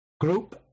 group